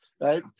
right